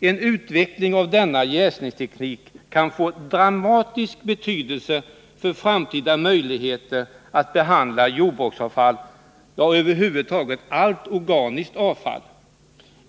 En utveckling av denna jäsningsteknik kan få dramatisk betydelse för framtida möjligheter att behandla jordbruksavfall, ja, över huvud taget allt organiskt avfall.